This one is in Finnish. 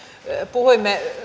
puhuimme